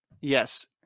Yes